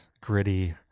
gritty